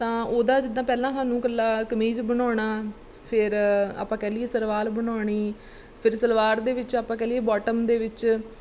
ਤਾਂ ਉਹਦਾ ਜਿੱਦਾਂ ਪਹਿਲਾਂ ਸਾਨੂੰ ਇਕੱਲਾ ਕਮੀਜ਼ ਬਣਾਉਣਾ ਫਿਰ ਆਪਾਂ ਕਹਿ ਲਈਏ ਸਰਵਾਲ ਬਣਾਉਣੀ ਫਿਰ ਸਲਵਾਰ ਦੇ ਵਿੱਚ ਆਪਾਂ ਕਹਿ ਲਈਏ ਬੋਟਮ ਦੇ ਵਿੱਚ